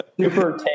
Super